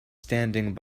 standing